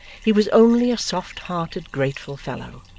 he was only a soft-hearted grateful fellow,